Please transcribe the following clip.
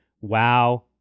WoW